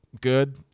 good